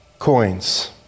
coins